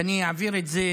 ושאני אעביר את זה,